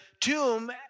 tomb